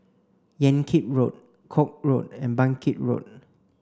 Yan Kit Road Koek Road and Bangkit Road